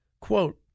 quote